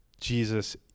Jesus